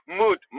mood